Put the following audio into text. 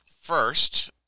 first